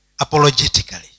apologetically